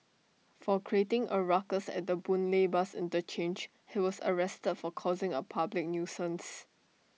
for creating A ruckus at the boon lay bus interchange he was arrested for causing A public nuisance